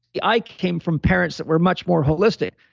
i came from parents that were much more holistic.